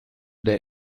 der